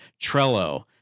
Trello